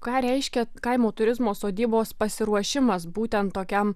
ką reiškia kaimo turizmo sodybos pasiruošimas būtent tokiam